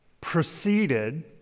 proceeded